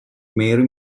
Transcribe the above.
mary